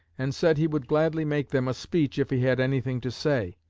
and said he would gladly make them a speech if he had anything to say.